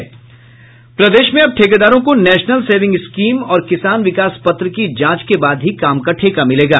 प्रदेश में अब ठेकेदारों को नेशनल सेविंग स्कीम और किसान विकास पत्र की जांच के बाद ही काम का ठेका मिलेगा